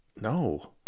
No